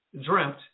dreamt